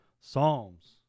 Psalms